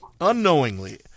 Unknowingly